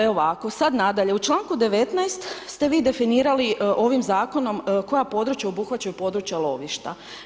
E ovako, sad nadalje, u članku 19. ste vi definirali ovim zakonom koja područja obuhvaćaju područja lovišta.